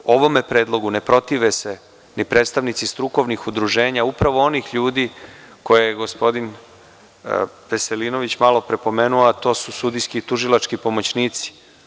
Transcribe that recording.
Ovom predlogu ne protive se ni predstavnici strukovnih udruženja upravo onih ljudi koje je gospodin Veselinović malo pre pomenuo, a to su sudijski i tužilački pomoćnici.